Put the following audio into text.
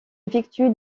effectue